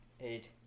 Eight